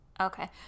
Okay